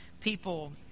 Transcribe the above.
people